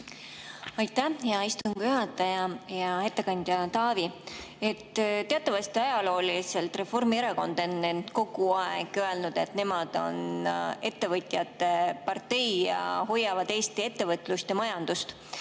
Aitäh, hea istungi juhataja! Hea ettekandja Taavi! Teatavasti on ajalooliselt Reformierakond kogu aeg öelnud, et nemad on ettevõtjate partei ja nad hoiavad Eesti ettevõtlust ja majandust.